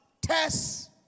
tests